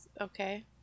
okay